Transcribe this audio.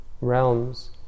realms